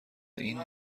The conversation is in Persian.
این